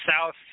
south